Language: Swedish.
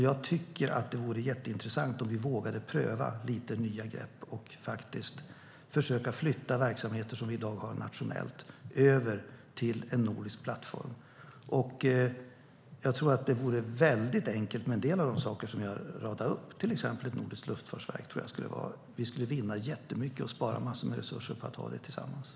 Jag tycker att det vore jätteintressant om vi vågade pröva lite nya grepp och försökte flytta över verksamheter som vi i dag har nationellt till en nordisk plattform. Jag tror att det vore väldigt enkelt när det gäller en del av de saker som jag radade upp. Jag tror till exempel att vi skulle vinna jättemycket och spara en massa resurser på att ha ett nordiskt luftfartsverk.